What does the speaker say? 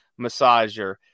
massager